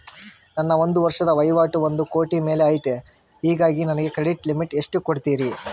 ನನ್ನ ಒಂದು ವರ್ಷದ ವಹಿವಾಟು ಒಂದು ಕೋಟಿ ಮೇಲೆ ಐತೆ ಹೇಗಾಗಿ ನನಗೆ ಕ್ರೆಡಿಟ್ ಲಿಮಿಟ್ ಎಷ್ಟು ಕೊಡ್ತೇರಿ?